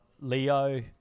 Leo